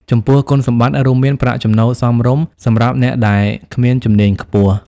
ចំពោះគុណសម្បត្តិរួមមាន ប្រាក់ចំណូលសមរម្យសម្រាប់អ្នកដែលគ្មានជំនាញខ្ពស់។